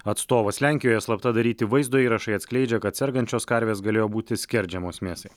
atstovas lenkijoje slapta daryti vaizdo įrašai atskleidžia kad sergančios karvės galėjo būti skerdžiamos mėsai